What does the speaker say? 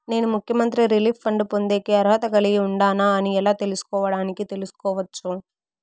నేను ముఖ్యమంత్రి relief fund పొందేకి అర్హత కలిగి ఉండానా అని ఎలా తెలుసుకోవడానికి తెలుసుకోవచ్చు